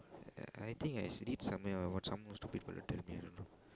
uh I think I s~ read somewhere or some stupid fella tell me I don't know